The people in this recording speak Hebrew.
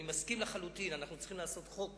אני מסכים לחלוטין, אנחנו צריכים לעשות חוק